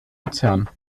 luzern